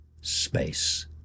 space